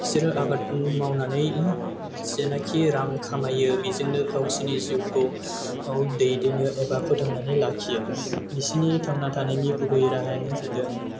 बिसोरो आबाद मावनानै जेनोखि रां खामायो बेजोंनो गावसोरनि जिउखौ दैदेनो एबा फोथांनानै लाखियो बिसोरनि थांना थानायनि गुबै राहायानो जादों